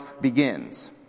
begins